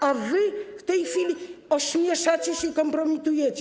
A wy w tej chwili ośmieszacie się i kompromitujecie.